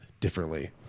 differently